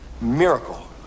miracle